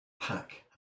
pack